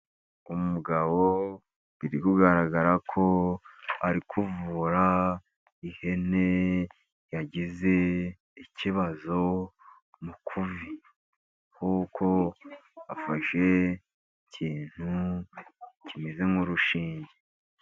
Umugabo biri kugaragara ko ari kuvura ihene yagize ikibazo mu ivi. Kuko afashe ikintu kimeze nk'urushinge.